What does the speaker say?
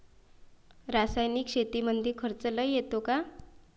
रासायनिक शेतीमंदी खर्च लई येतो का?